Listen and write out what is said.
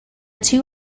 two